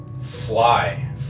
fly